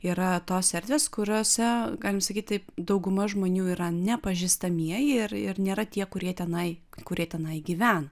yra tos erdvės kuriose galim sakyti taip dauguma žmonių yra nepažįstamieji ir ir nėra tie kurie tenai kurie tenai gyvena